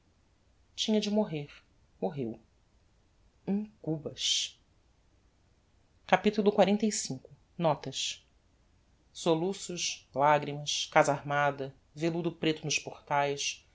tinha de morrer morreu um cubas capitulo xlv notas soluços lagrimas casa armada velludo preto nos portaes